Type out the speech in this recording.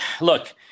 look